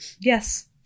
Yes